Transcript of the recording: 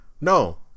No